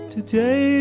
Today